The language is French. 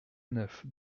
neuf